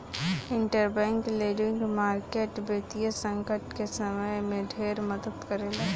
interbank lending market वित्तीय संकट के समय में ढेरे मदद करेला